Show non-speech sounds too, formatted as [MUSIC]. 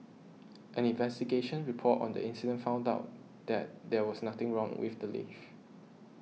[NOISE] an investigation report on the incident found out that there was nothing wrong with the lift